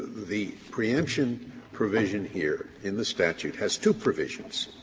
the preemption provision here in the statute has two provisions.